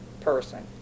person